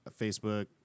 Facebook